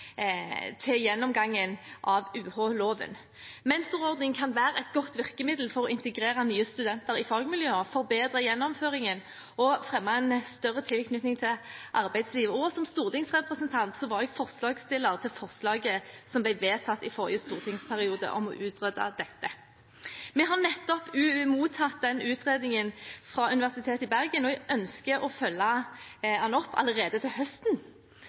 til gjennomgangen av UH-loven. Mentorordning kan være et godt virkemiddel for å integrere nye studenter i fagmiljøene, forbedre gjennomføringen og fremme en større tilknytning til arbeidslivet. Som stortingsrepresentant var jeg forslagsstiller til forslaget som ble vedtatt i forrige stortingsperiode, om å utrede dette. Vi har nettopp mottatt utredningen fra Universitetet i Bergen, og jeg ønsker å følge den opp allerede til høsten.